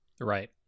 right